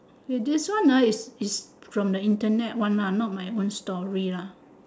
with this one ah is is from the internet one ah not my own story lah